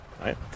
right